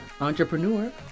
entrepreneur